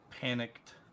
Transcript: panicked